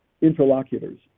interlocutors